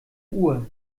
uhr